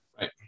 right